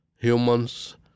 humans